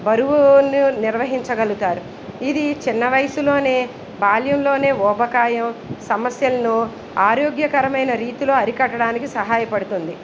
బరువును నిర్వహించగలుగుతారు ఇది చిన్నవయసులోనే బాల్యంలోనే ఊబకాయం సమస్యలను ఆరోగ్యకరమైన రీతిలో అరికట్టడానికి సహాయపడుతుంది